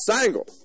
SINGLE